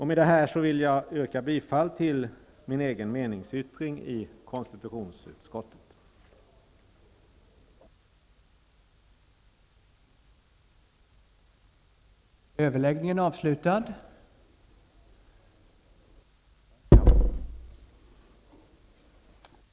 Med det anförda vill jag yrka bifall till min meningsyttring, som finns fogad till konstitutionsutskottets betänkande.